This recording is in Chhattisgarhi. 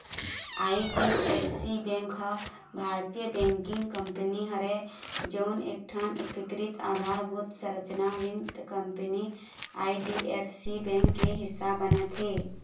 आई.डी.एफ.सी बेंक ह भारतीय बेंकिग कंपनी हरय जउन एकठन एकीकृत अधारभूत संरचना वित्त कंपनी आई.डी.एफ.सी बेंक के हिस्सा बनथे